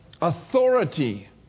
Authority